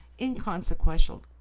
inconsequential